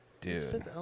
dude